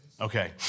Okay